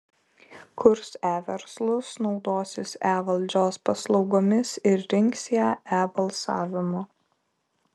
kurs e verslus naudosis e valdžios paslaugomis ir rinks ją e balsavimu